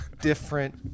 different